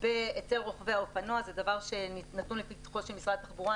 אצל רוכבי האופנוע זה דבר שנתון לפתחו של משרד התחבורה,